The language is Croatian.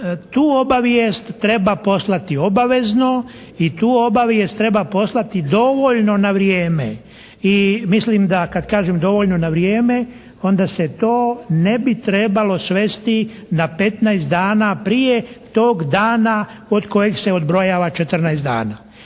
tu obavijest treba poslati obavezno i tu obavijest treba poslati dovoljno na vrijeme. I mislim da kad kažem dovoljno na vrijeme onda se to ne bi trebalo svesti na 15 dana prije tog dana od kojeg se odbrojava 14 dana.